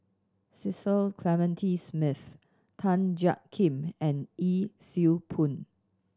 Cecil Clementi Smith Tan Jiak Kim and Yee Siew Pun